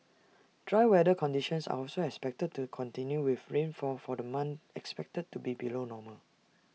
dry weather conditions are also expected to continue with rainfall for the month expected to be below normal